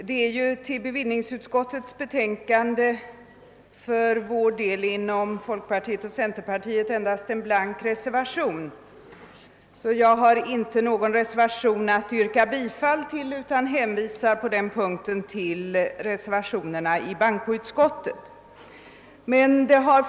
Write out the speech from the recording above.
Herr talman! Till bevillningsutskottets betänkande nr 45 har folkpartiet och centerpartiet endast fogat en blank reservation. Jag har alltså inte någon motiverad reservation att yrka bifall till utan hänvisar på den punkten till reservationerna vid bankoutskottets utlåtande nr 54.